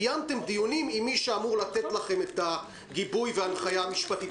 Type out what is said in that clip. קיימתם דיונים עם מי שאמור לתת לכם את הגיבוי וההנחיה המשפטית,